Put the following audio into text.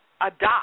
adopt